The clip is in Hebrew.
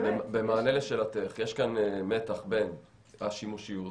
במענה לשאלתך: יש כאן מתח בין השימושיות,